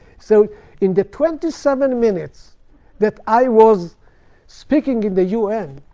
so in the twenty seven minutes that i was speaking in the un,